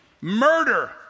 murder